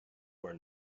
where